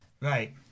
Right